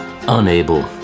unable